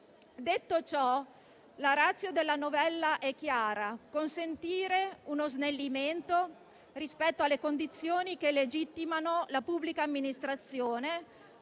Detto ciò, la *ratio* della novella è chiara: consentire uno snellimento rispetto alle condizioni che legittimano la pubblica amministrazione